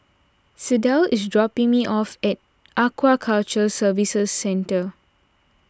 is dropping me off at Aquaculture Services Centre